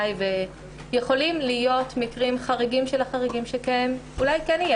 יכולים להיות מקרים חריגים שבחריגים שבהם אולי כן יהיה.